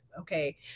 okay